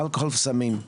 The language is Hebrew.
אלכוהול וסמים.